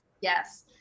yes